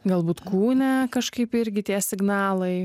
galbūt kūne kažkaip irgi tie signalai